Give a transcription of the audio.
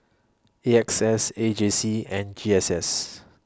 A X S A J C and G S S